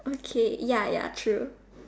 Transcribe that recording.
okay ya ya true